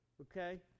Okay